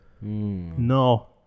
No